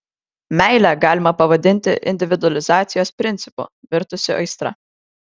meilę galima pavadinti individualizacijos principu virtusiu aistra